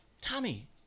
Tommy